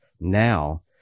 now